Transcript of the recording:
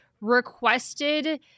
requested